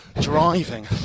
driving